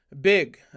big